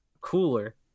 cooler